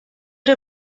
der